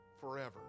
forever